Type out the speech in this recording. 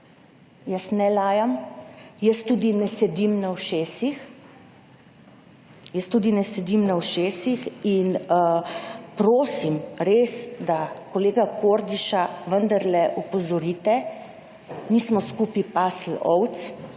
jaz ne lajam, jaz tudi ne sedim na ušesih. Prosim, da kolega Kordiša, vendarle opozorite. Nismo skupaj pasli ovc